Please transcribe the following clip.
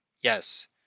Yes